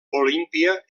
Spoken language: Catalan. olímpia